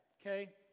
Okay